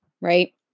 right